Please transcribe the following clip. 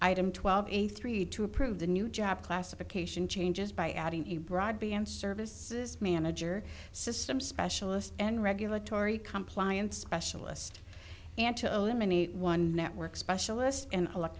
item twelve eighty three to approve the new job classification changes by adding a broadband services manager system specialist and regulatory compliance specialist and to eliminate one network specialist and